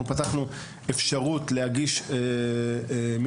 אנחנו פתחנו אפשרות להגיש תלונה,